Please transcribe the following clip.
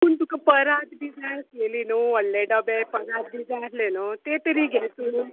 पूण तुका परात बी जाय आसलेली न्हू व्हडले डबे परात बी जाय आसले न्हू ते तरी घे तूं